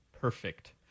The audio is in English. perfect